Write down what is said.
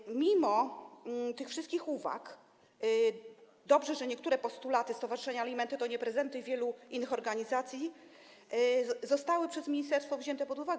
Dobrze, mimo tych wszystkich uwag, że niektóre postulaty Stowarzyszenia „Alimenty to nie prezenty” i wielu innych organizacji zostały przez ministerstwo wzięte pod uwagę.